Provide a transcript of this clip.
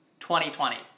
2020